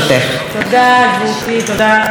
תודה, גברתי היושבת-ראש.